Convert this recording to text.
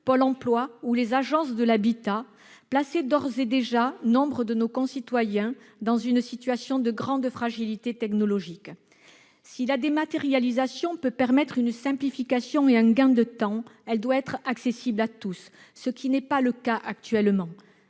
Pôle emploi, agences de l'habitat ... -plaçait déjà nombre de nos concitoyens dans une situation de grande fragilité technologique. Si la dématérialisation peut permettre une simplification et un gain de temps, elle doit être accessible à tous, ce qui n'est pas le cas actuellement.